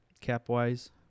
cap-wise